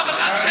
אתה גזען,